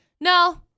no